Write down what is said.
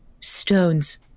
stones